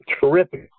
Terrific